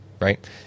right